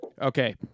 Okay